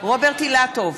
רוברט אילטוב,